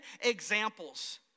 examples